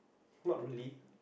not really